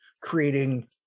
creating